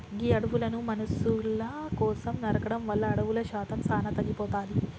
గీ అడవులను మనుసుల కోసం నరకడం వల్ల అడవుల శాతం సానా తగ్గిపోతాది